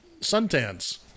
suntans